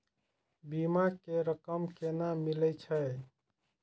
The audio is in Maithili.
बीमा के रकम केना मिले छै?